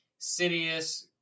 Sidious